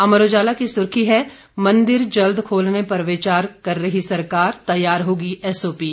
अमर उजाला की सुर्खी है मंदिर जल्द खोलने पर विचार कर रही सरकार तैयार होगी एसओपी